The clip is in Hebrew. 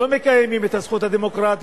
לא מקיימים את הזכות הדמוקרטית,